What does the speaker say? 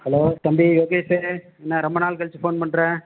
hello தம்பி யோகேஷு என்ன ரொம்ப நாள் கழித்து ஃபோன் பண்ணுற